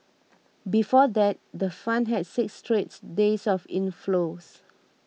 before that the fund had six straight days of inflows